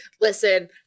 listen